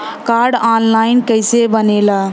Card online कइसे बनेला?